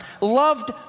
loved